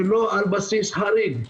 ולא על בסיס חריג.